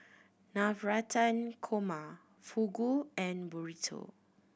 Navratan Korma Fugu and Burrito